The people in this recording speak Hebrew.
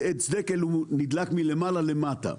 כי עץ דקל נדלק מלמעלה למטה.